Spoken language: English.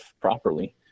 properly